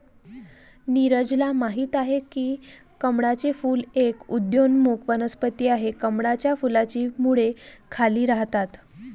नीरजल माहित आहे की कमळाचे फूल एक उदयोन्मुख वनस्पती आहे, कमळाच्या फुलाची मुळे खाली राहतात